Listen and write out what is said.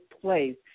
place